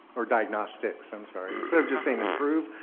or diagnostics. i'm sorry. instead of just saying approved,